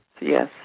yes